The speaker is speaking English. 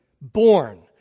born